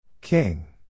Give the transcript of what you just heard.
King